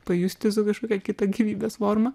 pajusti savo kažkokią kitą gyvybės formą